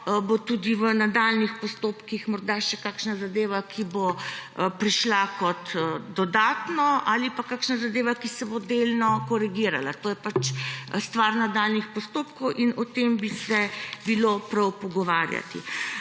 bo tudi v nadaljnjih postopkih morda še kakšna zadeva, ki bo prišla kot dodatna, ali pa kakšna zadeva, ki se bo delno korigirala. To je stvar nadaljnjih postopkov in o tem bi se bilo prav pogovarjati.